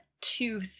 two